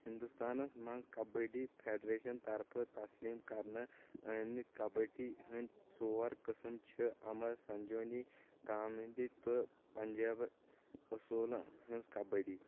ہِنٛدستانس منٛز کبڈی فیٚڈریشن طرفہٕ تسلیٖم کرنہٕ ٲمٕتۍ کبڈی ہٕنٛدۍ ژور قٕسٕم چھِ امر، سٔنٛجونی، گامِنی تہٕ پنٛجابہٕ اصوُلن ہِنٛز کبڈی